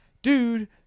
Dude